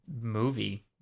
movie